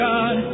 God